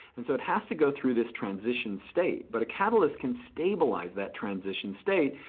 and so it has to go through this transition state. but a catalyst can stabilize that transition state.